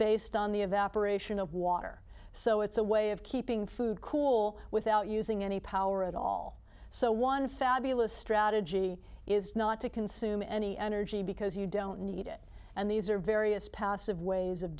based on the evaporation of water so it's a way of keeping food cool without using any power at all so one fabulous strategy is not to consume any energy because you don't need it and these are various passive ways of